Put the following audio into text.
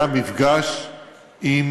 היה מפגש עם